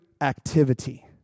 activity